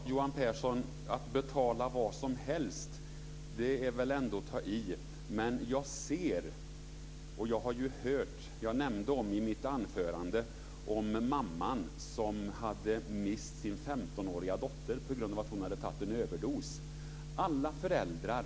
Fru talman! Att säga att jag betalar vad som helst är väl att ta i. Jag nämnde i mitt anförande mamman som hade mist sin 15-åriga dotter på grund av att hon hade tagit en överdos.